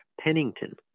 Pennington